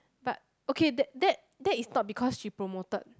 but okay that that that is not because she promoted